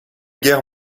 guerre